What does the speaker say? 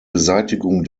beseitigung